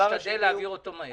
נשתדל להעביר אותו מהר.